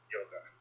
Yoga